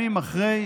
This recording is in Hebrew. ככה: